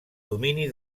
domini